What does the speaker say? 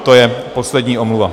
To je poslední omluva.